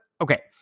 okay